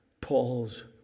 Paul's